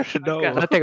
No